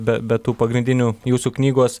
be tų pagrindinių jūsų knygos